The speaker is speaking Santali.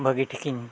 ᱵᱷᱟᱹᱜᱤ ᱴᱷᱤᱠᱤᱧ